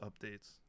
updates